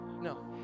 no